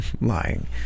lying